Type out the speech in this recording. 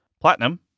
Platinum